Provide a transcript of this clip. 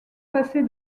passer